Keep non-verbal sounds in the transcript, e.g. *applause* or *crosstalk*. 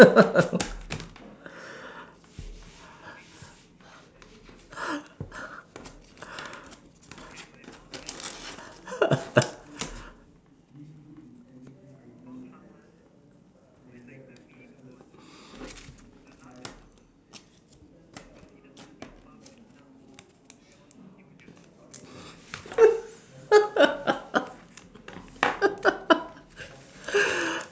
*laughs*